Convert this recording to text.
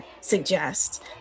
suggest